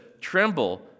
tremble